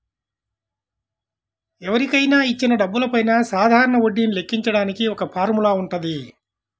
ఎవరికైనా ఇచ్చిన డబ్బులపైన సాధారణ వడ్డీని లెక్కించడానికి ఒక ఫార్ములా వుంటది